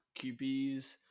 QBs